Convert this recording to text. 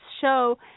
show